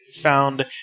found